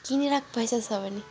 किनिराख पैसा छ भने